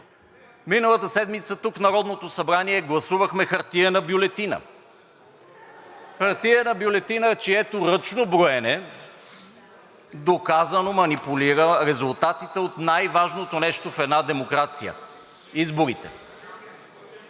Миналата седмица тук, в Народното събрание, гласувахме хартиена бюлетина. Хартиена бюлетина, чието ръчно броене доказано манипулира резултатите от най-важното нещо в една демокрация – изборите.